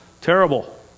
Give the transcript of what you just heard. Terrible